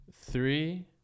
Three